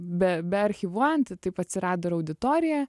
be bearchyvuojant taip atsirado ir auditorija